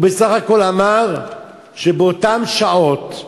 הוא בסך הכול אמר שבאותן שעות,